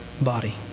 body